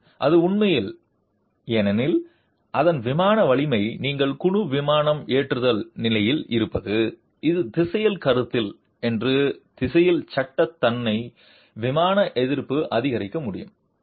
மேலும் அது உண்மையில் ஏனெனில் அதன் விமானம் வலிமை நீங்கள் குழு விமானம் ஏற்றுதல் நிலையில் இருப்பது இது திசையில் கருத்தில் என்று திசையில் சட்ட தன்னை விமானம் எதிர்ப்பு அதிகரிக்க முடியும்